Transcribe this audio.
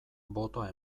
botoa